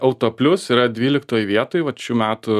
autoplius yra dvyliktoj vietoj vat šių metų